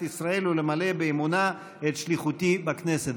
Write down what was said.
ישראל ולמלא באמונה את שליחותי בכנסת".